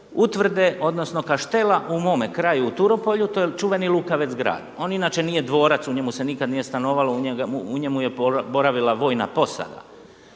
utvrde, odnosno kaštela u mome kraju u Turopolju to je čuveni Lukavec grad, on inče nije dvorac, u njemu se nikada nije stanovalo, u njemu je boravila vojna posada